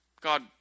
God